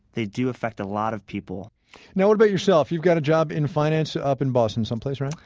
they do affect a lot of people now what about yourself? you've got a job in finance up in boston some place, right?